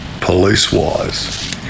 police-wise